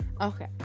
Okay